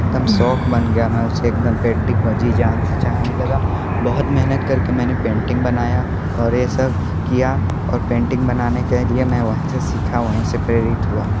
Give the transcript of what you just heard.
एक दम शौक बन गया मैं उसे एक दम पेंटिंग को जी जान से चाहने लगा बहुत मेहनत कर के मैंने पेंटिंग बनाया और ये सब किया और पेंटिंग बनाने के लिए मैं वहीं से सीखा वहीं से प्रेरित हुआ